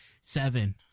seven